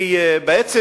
כי בעצם,